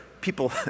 people